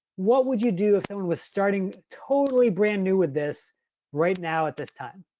what would you do if someone was starting totally brand new with this right now at this time?